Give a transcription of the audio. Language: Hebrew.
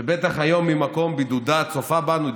שבטח היום ממקום בידודה צופה בנו.